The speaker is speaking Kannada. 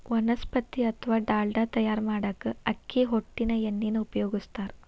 ವನಸ್ಪತಿ ಅತ್ವಾ ಡಾಲ್ಡಾ ತಯಾರ್ ಮಾಡಾಕ ಅಕ್ಕಿ ಹೊಟ್ಟಿನ ಎಣ್ಣಿನ ಉಪಯೋಗಸ್ತಾರ